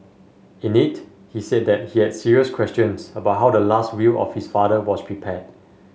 in it he said that he had serious questions about how the last will of his father was prepared